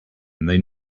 they